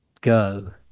go